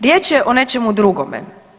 Riječ je o nečemu drugome.